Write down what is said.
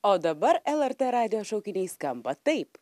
o dabar lrt radijo šaukiniai skamba taip